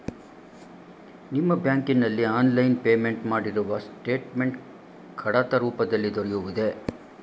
ನಿಮ್ಮ ಬ್ಯಾಂಕಿನಲ್ಲಿ online payment ಮಾಡಿರುವ ಸ್ಟೇಟ್ಮೆಂಟ್ ಕಡತ ರೂಪದಲ್ಲಿ ದೊರೆಯುವುದೇ?